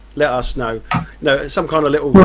let us know know, some kind of little